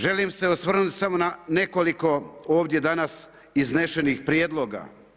Želim se osvrnuti samo na nekoliko ovdje danas iznesenih prijedloga.